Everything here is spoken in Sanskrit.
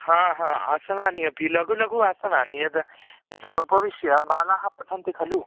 हा हा आसनानि अपि लघुलघु आसनानि यद् यत्र उपविश्य बालाः पठन्ति खलु